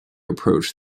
approach